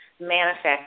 manifest